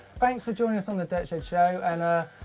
thanks for joining us on the dirt shed show and ah